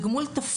זהו גמול תפקיד,